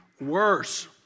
worse